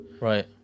Right